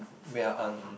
we are on